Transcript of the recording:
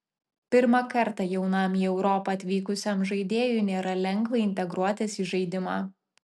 pirmą kartą jaunam į europą atvykusiam žaidėjui nėra lengva integruotis į žaidimą